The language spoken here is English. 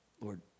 Lord